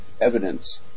evidence